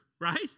Right